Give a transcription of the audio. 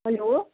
hello